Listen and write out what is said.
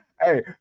Hey